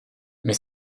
mais